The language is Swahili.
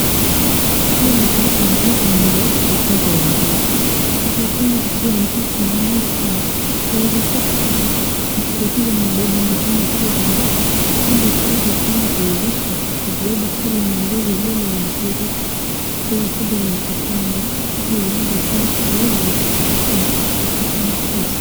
Hili ni gari ambalo linabeba migomba ya ndizi, migomba hizi ya ndizi ni mingi sana yawezakuwa kwamba gari hili linabeba migomba hizo za ndizi ilikuweza kwenda kuuza, kwa sababu ili waende kuuza na kupata kama pesa.